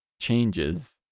changes